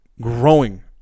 growing